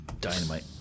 Dynamite